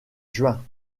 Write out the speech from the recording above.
juin